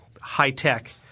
high-tech